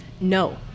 no